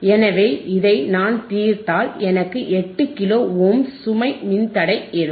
எனவே இதை நான் தீர்த்தால் எனக்கு 8 கிலோ ஓம்ஸ் சுமை மின்தடை இருக்கும்